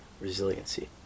resiliency